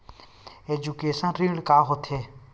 Education ऋण का होथे?